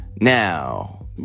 Now